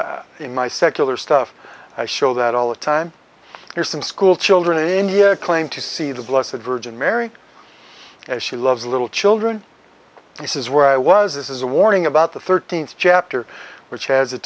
in my secular stuff i show that all the time there's some schoolchildren in india claim to see the bliss of virgin mary as she loves little children this is where i was this is a warning about the thirteenth chapter which has